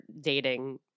dating